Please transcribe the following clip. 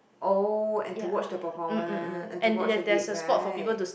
oh and to watch the performance and to watch the gig right